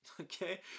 Okay